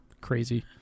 crazy